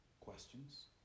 questions